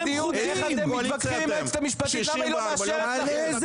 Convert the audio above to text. איך אתם מתווכחים עם היועצת המשפטית למה היא לא מאשרת לכם.